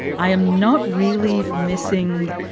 i am not really missing,